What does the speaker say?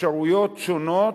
אפשרויות שונות,